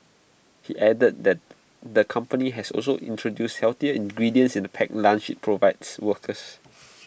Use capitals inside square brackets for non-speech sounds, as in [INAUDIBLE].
he added that the company has also introduced healthier ingredients in the packed lunches IT provides workers [NOISE]